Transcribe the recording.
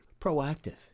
Proactive